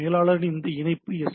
மேலாளரின் இந்த இரண்டு எஸ்